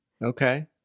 Okay